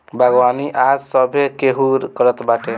बागवानी आज सभे केहू करत बाटे